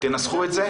ותנסחו את זה?